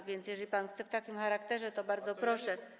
A więc jeżeli pan chce w takim charakterze, to bardzo proszę.